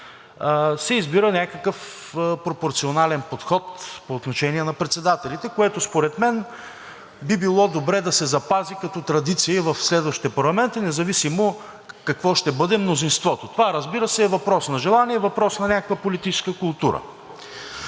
се избира някакъв пропорционален подход по отношение на председателите, което според мен би било добре да се запази като традиция и в следващите парламенти, независимо какво ще бъде мнозинството. Това, разбира се, е въпрос на желание, въпрос на някаква политическа култура.